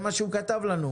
כך הוא כתב לנו.